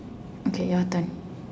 okay your turn